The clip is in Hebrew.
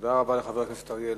תודה רבה לחבר הכנסת אריה אלדד.